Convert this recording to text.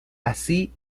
así